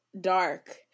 dark